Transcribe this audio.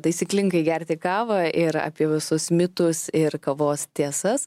taisyklingai gerti kavą ir apie visus mitus ir kavos tiesas